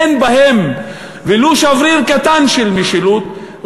אין בהם ולו שבריר קטן של משילות,